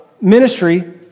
ministry